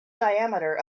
diameter